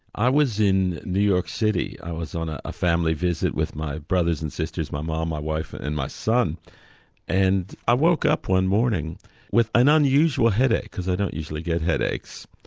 i was in new york city, i was on a ah family visit with my brothers and sisters, my mum, um my wife and and my son and i woke up one morning with an unusual headache because i don't usually get headaches.